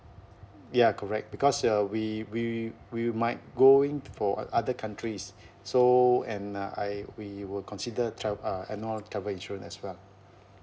ya correct because uh we we we might going for other countries so and uh I we would consider trave~ uh annual travel insurance as well